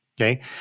okay